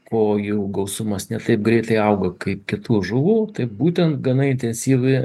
kuojų gausumas ne taip greitai augo kaip kitų žuvų tai būtent gana intensyvi